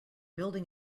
building